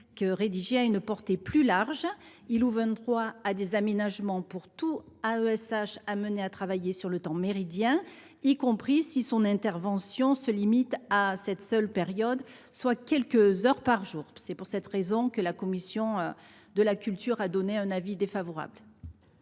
l’amendement a une portée plus large : il ouvre un droit à des aménagements pour tout AESH amené à travailler sur le temps méridien, y compris si son intervention se limite à cette seule période, soit quelques heures par jour. Pour toutes ces raisons, la commission émet un avis défavorable